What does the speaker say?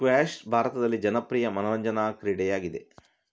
squash ಭಾರತದಲ್ಲಿ ಜನಪ್ರಿಯ ಮನರಂಜನಾ ಕ್ರೀಡೆಯಾಗಿದೆ